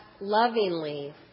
lovingly